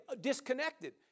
disconnected